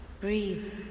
breathe